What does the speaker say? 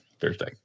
thursday